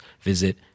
visit